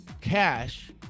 cash